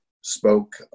spoke